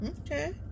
Okay